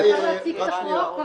כדאי להציג את החוק.